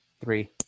three